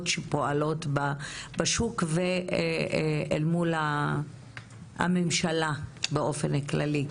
שפועלים בשוק ואל מול הממשלה באופן כללי.